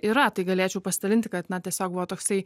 yra tai galėčiau pasidalinti kad na tiesiog buvo toksai